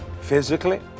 physically